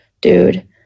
dude